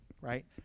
Right